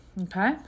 Okay